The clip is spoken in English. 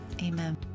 Amen